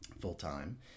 full-time